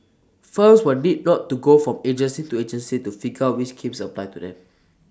firms will need not to go from agency to agency to figure out which schemes apply to them